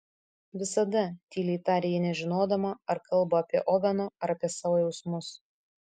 visada tyliai tarė ji nežinodama ar kalba apie oveno ar apie savo jausmus